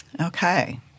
Okay